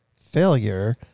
failure